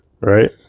right